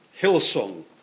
Hillsong